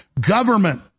government